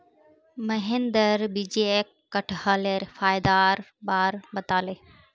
महेंद्र विजयक कठहलेर फायदार बार बताले